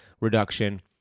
Reduction